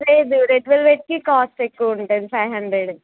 లేదు రెడ్ వెల్వెట్కి కాస్ట్ ఎక్కువ ఉంటుంది ఫైవ్ హండ్రెడ్